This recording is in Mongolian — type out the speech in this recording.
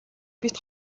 бид